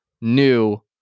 new